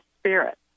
spirit